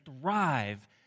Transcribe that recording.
thrive